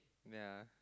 wait ah